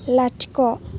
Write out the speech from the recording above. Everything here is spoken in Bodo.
लाथिख'